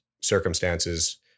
circumstances